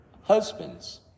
husbands